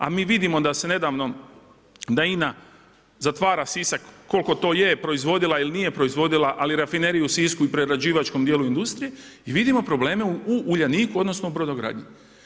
A mi vidimo da se s nedavnom, da INA zatvara Sisak, koliko to je proizvodila ili nije proizvodila, ali rafineriju u Sisku i u prerađivačkom dijelu industrije i vidimo probleme u Uljaniku, odnosno u brodogradnji.